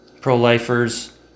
pro-lifers